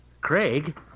Craig